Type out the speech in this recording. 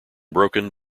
broken